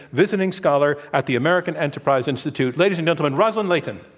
visiting scholar at the american enterprise institute. ladies and gentlemen, roslyn layton.